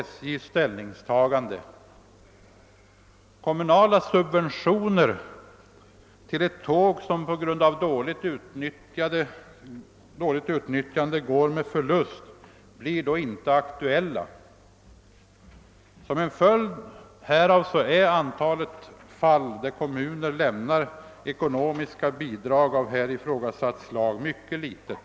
Kommunala subventioner till ett tåg som på grund av dåligt utnyttjande går med förlust blir då inte aktuella. Som en följd härav är antalet fall där kommuner lämnar ekonomiska bidrag av här ifrågasatt slag mycket litet.